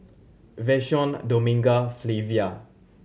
Vashon Dominga Flavia